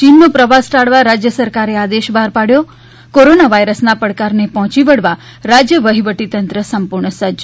ચીનનો પ્રવાસ ટાળવા રાજય સરકારે આદેશ બહાર પાડયો કોરોના વાયરસના પડકારને પહોંચી વળવા રાજ્ય વહિવટીતંત્ર સંપૂર્ણ સજ્જ